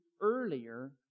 earlier